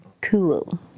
cool